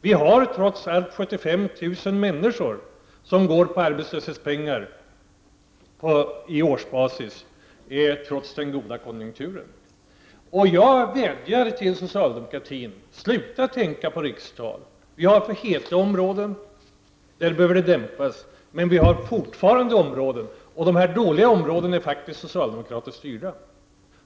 Vi har ca 75 000 människor på årsbasis som trots de goda konjunkturerna uppbär arbetslöshetspengar. Jag vädjar till socialdemokraterna: Sluta tänka på rikstal! Vi har för heta områden där arbetsmarknaden behöver dämpas, men vi har också dåliga områden. Kommunerna i dessa områden är faktiskt socialdemokratiskt styrda.